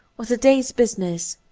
or the day's business.